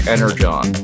Energon